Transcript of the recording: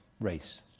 race